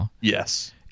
Yes